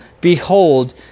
behold